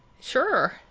Sure